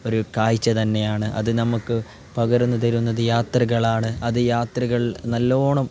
ഒരു കാഴ്ച്ച തന്നെയാണ് അത് നമ്മൾക്ക് യാത്രകളാണ് അത് യാത്രകൾ നല്ല വണ്ണം